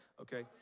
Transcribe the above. Okay